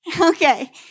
Okay